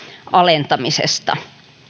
alentamisesta